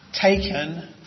Taken